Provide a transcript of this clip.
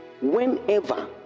Whenever